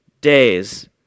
days